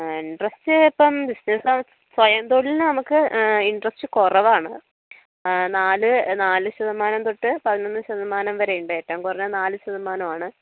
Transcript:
ആ ഇൻട്രസ്റ്റ് ഇപ്പം ബിസിനസിൽ ഇപ്പോൾ സ്വയം തൊഴിലിന് ഇപ്പോൾ ഇൻട്രസ്റ്റ് കുറവാണ് നാല് നാല് ശതമാനം തൊട്ട് പതിനൊന്ന് ശതമാനം വരെ ഉണ്ട് ഏറ്റവും കുറഞ്ഞത് നാല് ശതമാനമാണ്